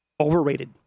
Overrated